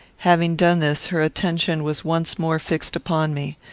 having done this, her attention was once more fixed upon me.